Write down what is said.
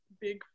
big